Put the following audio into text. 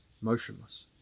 motionless